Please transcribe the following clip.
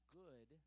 good